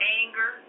anger